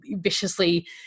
viciously